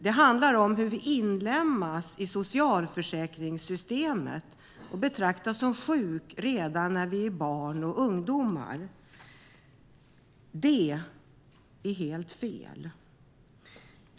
Det handlar om hur vi inlemmas i socialförsäkringssystemet och betraktas som sjuka redan när vi är barn och ungdomar. Det är helt fel.